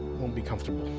won't be comfortable.